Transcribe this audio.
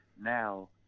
now